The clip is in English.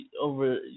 over